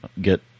get